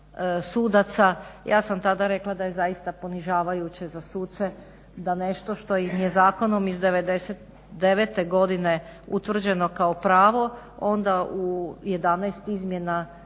ja sam tada rekla da je zaista ponižavajuće za suce da nešto što im je zakonom iz '99. godine utvrđeno kao pravo onda u 11 izmjena